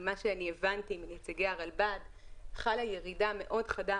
ממה שהבנתי מנציג הרלב"ד חלה ירידה מאוד חדה,